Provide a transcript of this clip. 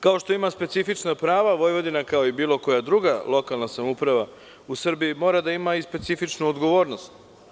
Kao što ima specifična prava Vojvodina, kao i bilo koja druga lokalna samouprava u Srbiji, mora da ima i specifičnu odgovornost.